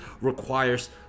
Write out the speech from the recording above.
requires